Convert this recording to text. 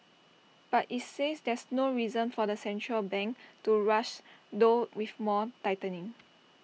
but IT says there's no reason for the central bank to rush though with more tightening